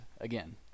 again